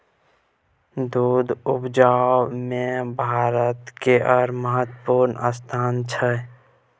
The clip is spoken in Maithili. दूध उपजाबै मे भारत केर महत्वपूर्ण स्थान छै